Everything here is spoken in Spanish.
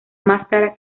máscara